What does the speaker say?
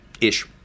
ish